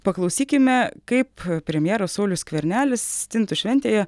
paklausykime kaip premjeras saulius skvernelis stintų šventėje